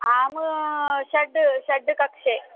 आं षड् षड् कक्षे